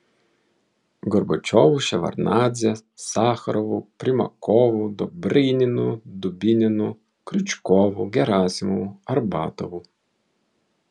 gorbačiovu ševardnadze sacharovu primakovu dobryninu dubininu kriučkovu gerasimovu arbatovu